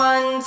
One